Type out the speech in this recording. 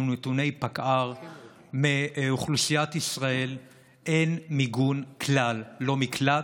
אלה נתוני פקע"ר, אין מיגון כלל: לא מקלט,